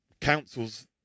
councils